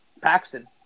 Paxton